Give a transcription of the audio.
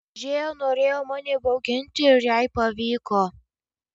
džėja norėjo mane įbauginti ir jai pavyko